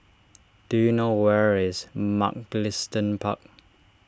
do you know where is Mugliston Park